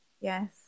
yes